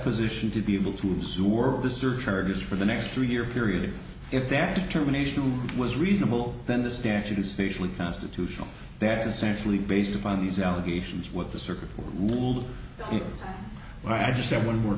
position to be able to absorb the surcharges for the next three year period if that terminations was reasonable then the statute is facially constitutional that is essentially based upon these allegations what the circuit will if i just add one more